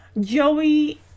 Joey